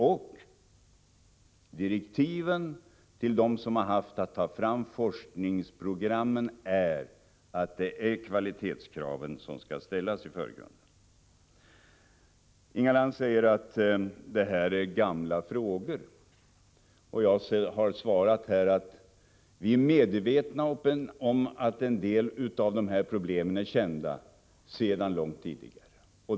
Och direktiven till dem som har att ta fram forskningsprogrammen är just att kvalitetskraven skall ställas i förgrunden. Inga Lantz säger att det här är gamla frågor. Jag har svarat att vi är medvetna om att en del av de här problemen är kända sedan långt tidigare.